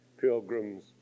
Pilgrims